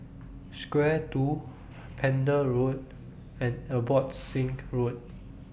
Square two Pender Road and Abbotsingh Road